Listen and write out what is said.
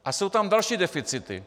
A jsou tam další deficity.